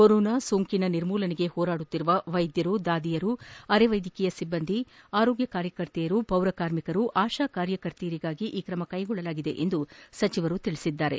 corona ಸೋಂಕಿನ ನಿರ್ಮೂಲನೆಗೆ ಹೋರಾಡುತ್ತಿರುವ ವೈದ್ಯರು ದಾದಿಯರು ಅರೆವೈದ್ಯಕೀಯ ಸಿಬ್ಬಂದಿ ಆರೋಗ್ಯ ಕಾರ್ಯಕರ್ತೆಯರು ಪೌರ ಕಾರ್ಮಿಕರು ಆಶಾ ಕಾರ್ಯಕರ್ತೆಯರಿಗಾಗಿ ಈ ಕ್ರಮ ಕೈಗೊಳ್ಳಲಾಗಿದೆ ಎಂದು ತಿಳಿಸಿದರು